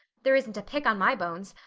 there isn't a pick on my bones.